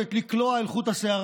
היכולת לקלוע אל חוט השערה,